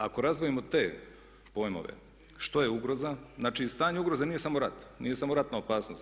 Ako razdvojimo te pojmove što je ugroza, znači stanje ugroze nije samo rat, nije samo ratna opasnost.